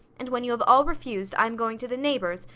and when you have all refused, i am going to the neighbours,